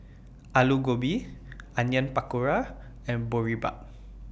Alu Gobi Onion Pakora and Boribap